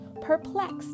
perplexed